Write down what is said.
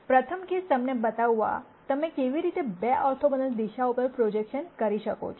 પ્રથમ કેસ તમને બતાવવા તમે કેવી રીતે 2 ઓર્થોગોનલ દિશાઓ પર પ્રોજેક્શન કરી શકો છો